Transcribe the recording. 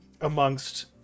amongst